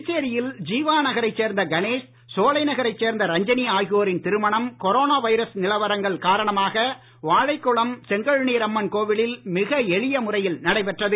புதுச்சேரியில் ஜீவா நகரைச் சேர்ந்த கணேஷ் சோலைநகரைச் சேர்ந்த ரஞ்சனி ஆகியோரின் திருமணம் கொரோனா வைரஸ் நிலவரங்கள் காரணமாக வாழைக்குளம் செங்கழுநீர் அம்மன் கோவிலில் மிக எளிய முறையில் நடைபெற்றது